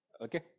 okay